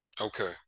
Okay